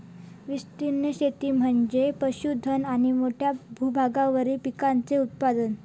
विस्तीर्ण शेती म्हणजे पशुधन आणि मोठ्या भूभागावरील पिकांचे उत्पादन